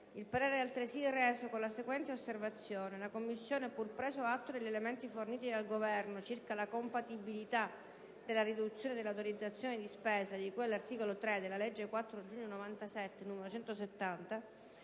Il parere è altresì reso con la seguente osservazione: la Commissione, pur preso atto degli elementi forniti dal Governo circa la compatibilità della riduzione dell'autorizzazione di spesa, di cui all'articolo 3 della legge 4 giugno 1997, n. 170,